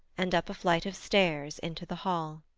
and up a flight of stairs into the hall.